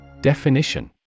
Definition